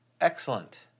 Excellent